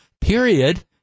Period